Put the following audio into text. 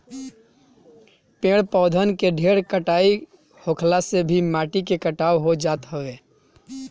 पेड़ पौधन के ढेर कटाई होखला से भी माटी के कटाव हो जात हवे